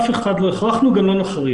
את אף אחד לא הכרחנו, גם לא נכריח.